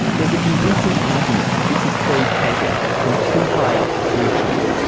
there's a convincing argument that this is feed taken from too high up the food chain.